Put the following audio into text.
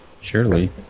Surely